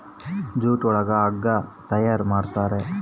jute ಒಳಗ ಹಗ್ಗ ತಯಾರ್ ಮಾಡುತಾರೆ